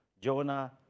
Jonah